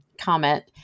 comment